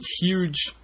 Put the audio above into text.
huge